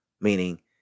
Meaning